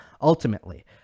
ultimately